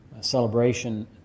celebration